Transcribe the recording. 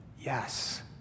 Yes